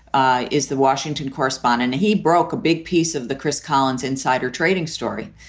ah is the washington correspondent. he broke a big piece of the chris collins insider trading story.